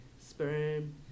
sperm